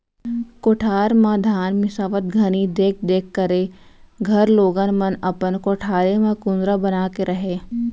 कोठार म धान मिंसावत घनी देख देख करे घर लोगन मन अपन कोठारे म कुंदरा बना के रहयँ